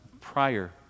prior